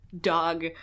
dog